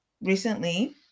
recently